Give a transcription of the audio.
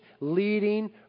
leading